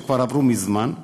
שכבר עברו מזמן,